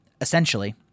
essentially